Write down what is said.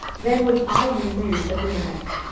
then would i remove abimelech.